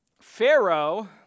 Pharaoh